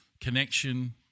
connection